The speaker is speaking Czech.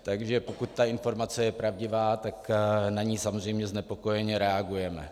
Takže pokud je ta informace pravdivá, tak na ni samozřejmě znepokojeně reagujeme.